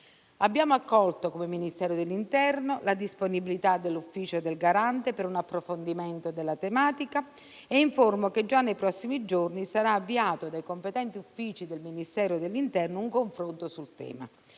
abbiamo accolto la disponibilità dell'Ufficio del garante per un approfondimento della tematica e informo che già nei prossimi giorni sarà avviato dai competenti uffici del Ministero un confronto sul tema.